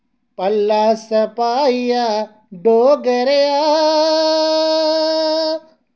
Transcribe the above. भला सपाइया डोगरेआ